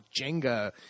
Jenga